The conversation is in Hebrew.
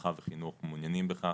רווחה וחינוך מעוניינים בכך,